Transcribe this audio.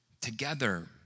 together